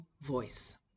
voice